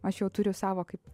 aš jau turiu savo kaip